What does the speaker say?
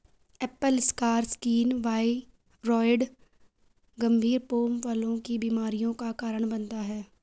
Apple scar skin viroid गंभीर pome फलों की बीमारियों का कारण बनता है